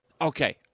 Okay